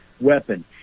weapon